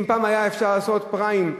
אם פעם היה אפשר לעשות פריים,